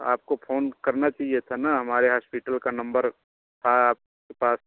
आपको फोन करना चाहिए था ना हमारे हास्पिटल का नंबर था आपके पास